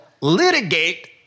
litigate